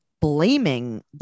blaming